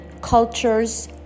cultures